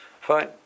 Fine